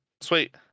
sweet